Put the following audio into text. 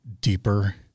deeper